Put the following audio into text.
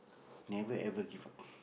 never ever give up